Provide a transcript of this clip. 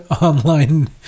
online